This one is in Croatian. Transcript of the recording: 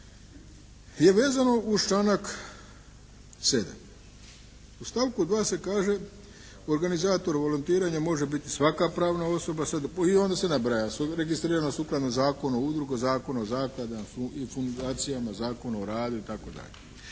je vezano uz članak 7. U stavku 2. se kaže organizator volontiranja može biti svaka pravna osoba i onda se nabraja registrirana sukladno Zakonu o udrugama, Zakonu o zakladama i fundacijama, Zakonu o radu itd.